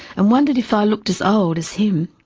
and wondered if i looked as old as him.